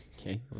Okay